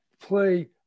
play